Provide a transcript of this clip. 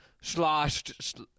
sloshed